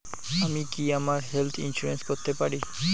আমি কি আমার হেলথ ইন্সুরেন্স করতে পারি?